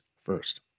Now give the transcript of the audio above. First